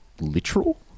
literal